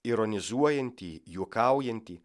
ironizuojantį juokaujantį